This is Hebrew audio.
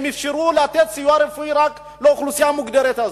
הם אפשרו לתת סיוע רפואי רק לאוכלוסייה המוגדרת הזאת.